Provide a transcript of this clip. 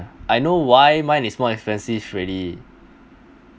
I know why mine is more expensive already